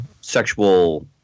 sexual